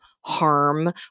harm